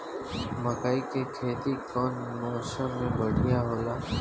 मकई के खेती कउन मौसम में बढ़िया होला?